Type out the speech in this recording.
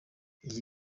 iyi